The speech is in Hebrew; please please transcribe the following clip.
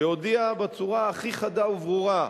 שהודיעה בצורה הכי חדה וברורה: